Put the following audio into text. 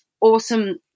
awesome